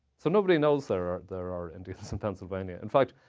so nobody knows there are there are indians in pennsylvania. in fact,